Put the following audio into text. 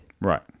Right